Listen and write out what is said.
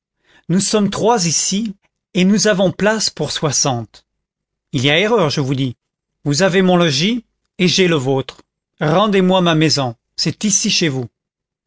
nous sommes trois ici et nous avons place pour soixante il y a erreur je vous dis vous avez mon logis et j'ai le vôtre rendez-moi ma maison c'est ici chez vous